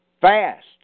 Fast